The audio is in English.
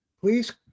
please